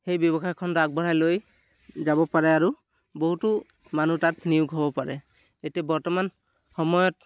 সেই ব্যৱসায়খণ্ড আগবঢ়াই লৈ যাব পাৰে আৰু বহুতো মানুহ তাত নিয়োগ হ'ব পাৰে এতিয়া বৰ্তমান সময়ত